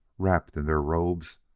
wrapped in their robes,